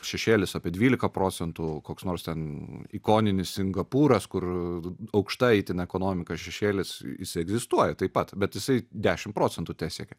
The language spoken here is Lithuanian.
šešėlis apie dvylika procentų koks nors ten ikoninis singapūras kur aukšta itin ekonomika šešėlis jisai egzistuoja taip pat bet jisai dešimt procentų tesiekia